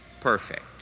perfect